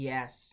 Yes